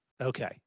okay